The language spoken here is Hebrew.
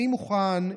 אני מוכן,